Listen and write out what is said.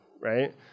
right